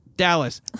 Dallas